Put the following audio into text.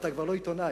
אתה כבר לא עיתונאי,